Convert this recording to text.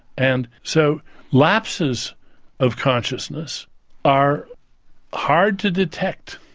and so lapses of consciousness are hard to detect.